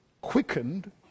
quickened